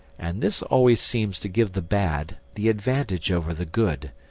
and this always seems to give the bad the advantage over the good,